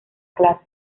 clase